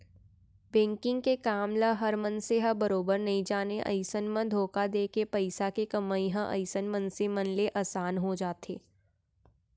banking के काम ल हर मनसे ह बरोबर नइ जानय अइसन म धोखा देके पइसा के कमई ह अइसन मनसे मन ले असान हो जाथे